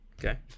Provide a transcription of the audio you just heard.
Okay